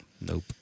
Nope